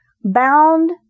bound